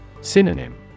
Synonym